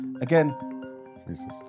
Again